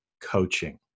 coaching